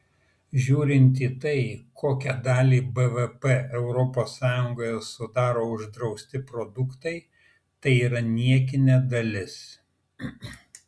žiūrint į tai kokią dalį bvp europos sąjungoje sudaro uždrausti produktai tai yra niekinė dalis